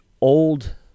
old